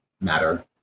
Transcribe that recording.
matter